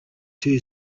two